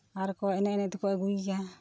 ᱟᱨᱠᱚ ᱮᱱᱮᱡ ᱮᱱᱮᱡ ᱛᱮᱠᱚ ᱟᱹᱜᱩᱭᱮᱭᱟ